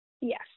Yes